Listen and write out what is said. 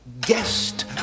guest